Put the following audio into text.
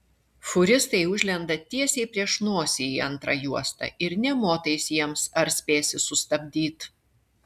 fūristai užlenda tiesiai prieš nosį į antrą juostą ir nė motais jiems ar spėsi sustabdyt